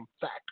fact